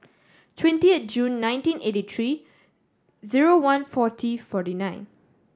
twentieth June nineteen eighty three zero one forty forty nine